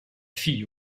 fille